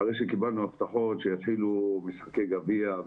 אחרי שקיבלנו הבטחות שיפעילו משחקי גביע,